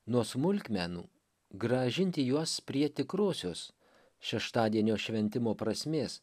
nuo smulkmenų grąžinti juos prie tikrosios šeštadienio šventimo prasmės